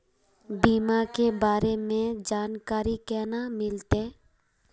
बीमा के बारे में जानकारी केना मिलते?